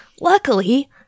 Luckily